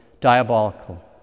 diabolical